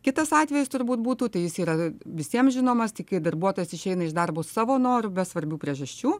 kitas atvejis turbūt būtų tai jis yra visiems žinomas tai kai darbuotojas išeina iš darbo savo noru be svarbių priežasčių